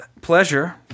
pleasure